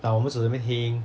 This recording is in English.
like 我们只是会听